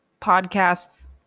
podcasts